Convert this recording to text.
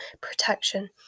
protection